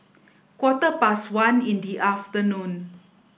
quarter past one in the afternoon